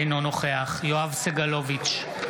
אינו נוכח יואב סגלוביץ'